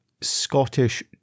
Scottish